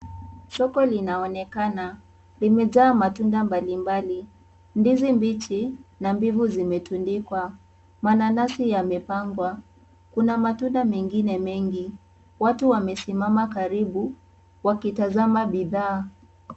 Soko linaonekana limejaa matunda mbalimbali, ndizi mbichi na mbivu vimetundikwa, mananasi yamepangwa kuna matunda mengine mengi watu wamesimama karibu wakitazama bidhaa.